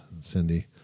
Cindy